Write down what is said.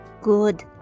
Good